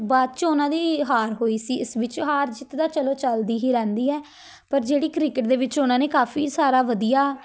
ਬਾਦ 'ਚ ਉਹਨਾਂ ਦੀ ਹਾਰ ਹੋਈ ਸੀ ਇਸ ਵਿੱਚ ਹਾਰ ਜਿੱਤ ਤਾਂ ਚਲੋ ਚੱਲਦੀ ਹੀ ਰਹਿੰਦੀ ਹੈ ਪਰ ਜਿਹੜੀ ਕ੍ਰਿਕਟ ਦੇ ਵਿੱਚ ਉਹਨਾਂ ਨੇ ਕਾਫੀ ਸਾਰਾ ਵਧੀਆ